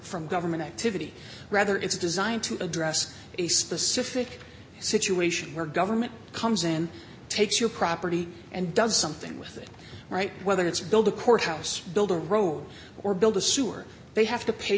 from government activity rather it's designed to address a specific situation where government comes in takes your property and does something with it right whether it's build a courthouse build a road or build a sewer they have to pay